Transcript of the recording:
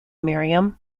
miriam